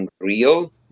unreal